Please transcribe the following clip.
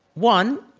one,